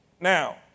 Now